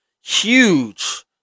huge